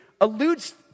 alludes